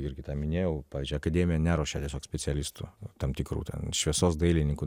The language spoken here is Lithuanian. irgi tą minėjau pavyzdžiui akademija neruošia tiesiog specialistų tam tikrų ten šviesos dailininkų